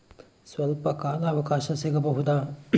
ಸ್ವಲ್ಪ ಕಾಲ ಅವಕಾಶ ಸಿಗಬಹುದಾ?